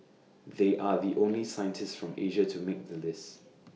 they are the only scientists from Asia to make the list